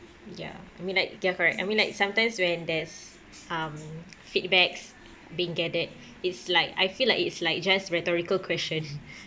ya I mean like ya correct I mean like sometimes when there's um feedbacks being gathered it's like I feel like it's like just rhetorical question